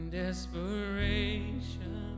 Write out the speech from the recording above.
desperation